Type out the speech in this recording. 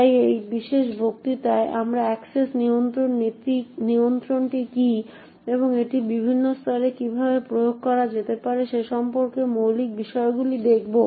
তাই এই বিশেষ বক্তৃতায় আমরা অ্যাক্সেস নিয়ন্ত্রণ কী এবং এটি বিভিন্ন স্তরে কীভাবে প্রয়োগ করা যেতে পারে সে সম্পর্কে মৌলিক বিষয়গুলি দেখবো